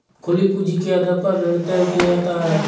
खुली पूंजी के आधार पर ऋण तय किया जाता है